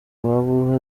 waba